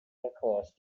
records